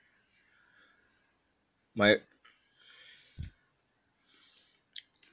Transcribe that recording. my